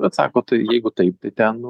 atsako tai jeigu taip tai ten nu